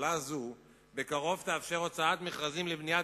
שהממשלה הזו תאפשר בקרוב הוצאת מכרזים לבניית